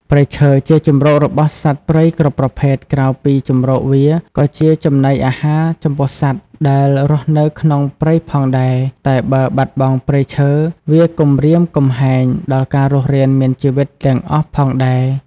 ព្រៃឈើជាជម្រករបស់សត្វព្រៃគ្រប់ប្រភេទនក្រៅពីជម្រកវាក៏ជាចំណីអារហារចំពោះសត្វដែលរស់នៅក្នុងព្រៃផងដែលតែបើបាត់បង់ព្រៃឈើវាគំរាមកំហែងដល់ការរស់រានមានជីវិតទាំងអស់ផងដែរ។